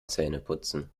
zähneputzen